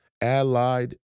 allied